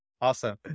Awesome